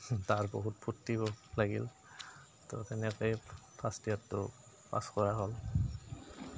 তাৰ বহুত ফূৰ্তি হ'ল লাগিল তো তেনেকেই ফাৰ্ষ্ট ইয়োৰটো পাছ কৰা হ'ল